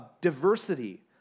diversity